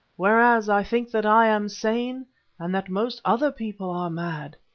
whereas i think that i am sane and that most other people are mad.